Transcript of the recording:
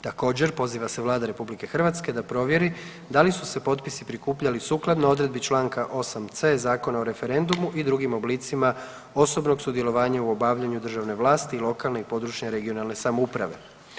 Također, poziva se Vlada RH da provjeri da li su se potpisi prikupljani sukladno odredbi Članka 8c. Zakona o referendumu i drugim oblicima osobnog sudjelovanja u obavljanju državne vlasti i lokalne i područne (regionalne) samouprave.